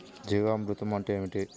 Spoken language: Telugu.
జీవామృతం అంటే ఏమిటి?